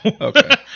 okay